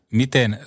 miten